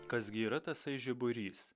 kas gi yra tasai žiburys